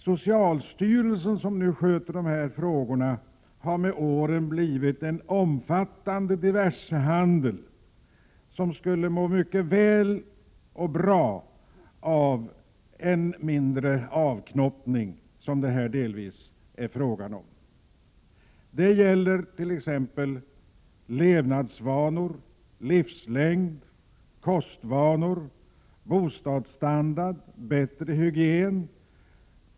Socialstyrelsen, som nu sköter dessa frågor, har med åren blivit en omfattande diversehandel, som skulle må mycket bra av en mindre avknoppning, som det här delvis är fråga om. Det gäller t.ex. levnadsvanor, livslängd, kostvanor, bostadsstandard och bättre hygien.